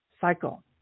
cycle